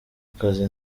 kazi